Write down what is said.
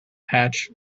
hatch